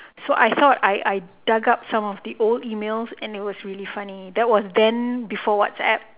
so I thought I I dug up some of the old emails and it was really funny that was then before whatsapp